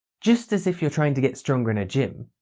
just as if you're trying to get stronger in a gym